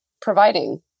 providing